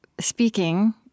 speaking